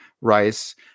Rice